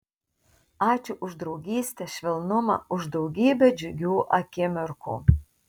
ačiū už draugystę švelnumą už daugybę džiugių akimirkų